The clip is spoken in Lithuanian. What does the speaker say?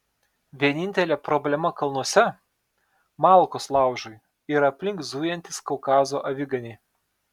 vienintelė problema kalnuose malkos laužui ir aplink zujantys kaukazo aviganiai